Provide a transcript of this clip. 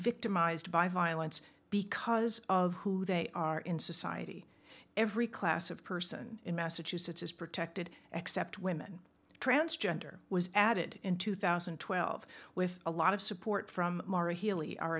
victimized by violence because of who they are in society every class of person in massachusetts is protected except women transgender was added in two thousand and twelve with a lot of support from mara healey our